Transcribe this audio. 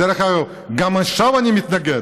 דרך אגב, גם עכשיו אני מתנגד.